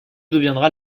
deviendra